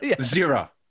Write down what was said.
Zero